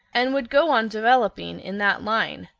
and would go on developing in that line.